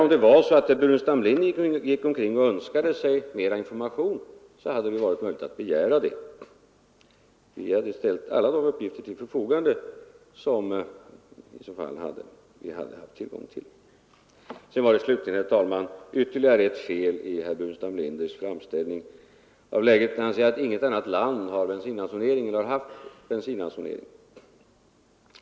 Om det sedan var så att herr Burenstam Linder gick omkring och önskade sig mera information hade det ju varit möjligt att begära sådan. Vi hade i så fall ställt alla de uppgifter till förfogande som vi hade tillgång till. Slutligen var det, herr talman, ytterligare ett fel i herr Burenstam Linders framställning, när han sade att inget annat land har eller har haft en bensinransonering.